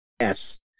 Yes